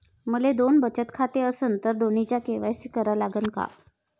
माये दोन बचत खाते असन तर दोन्हीचा के.वाय.सी करा लागन का?